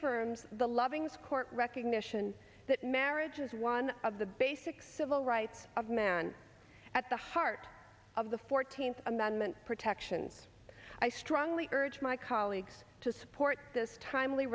firms the lovings court recognition that marriage is one of the basic civil rights of man at the heart of the fourteenth amendment protections i strongly urge my colleagues to support this timely